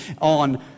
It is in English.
on